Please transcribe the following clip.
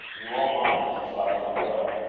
you won't mind then if i don't go?